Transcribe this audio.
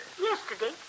Yesterday